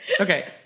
Okay